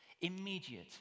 immediate